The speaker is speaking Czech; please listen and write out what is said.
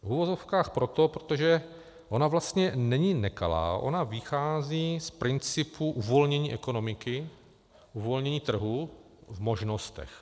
V uvozovkách proto, protože ona vlastně není nekalá, ona vychází z principu uvolnění ekonomiky, uvolnění trhu v možnostech.